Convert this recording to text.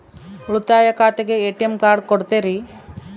ಉಳಿತಾಯ ಖಾತೆಗೆ ATM card ಕೊಡ್ತೇರಿ?